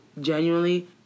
genuinely